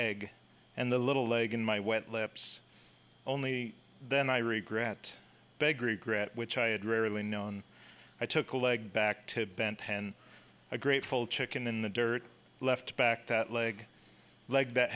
egg and the little leg and my wet lips only then i regret big regret which i had rarely known i took a leg back to bent pen a great full chicken in the dirt left back that leg leg that